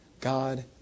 God